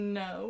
no